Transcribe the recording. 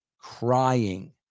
crying